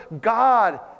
God